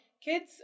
Kids